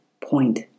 point